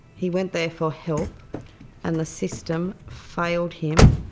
he went there for help and the system failed him,